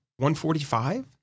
145